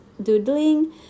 doodling